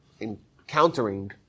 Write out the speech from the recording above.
encountering